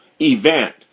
event